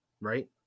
right